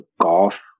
golf